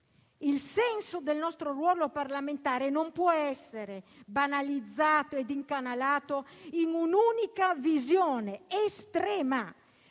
Il senso del nostro ruolo parlamentare non può essere banalizzato e incanalato in un'unica visione estrema,